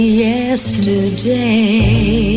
yesterday